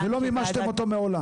ולא מימשתם אותו מעולם.